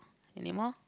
anymore